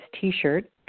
T-shirt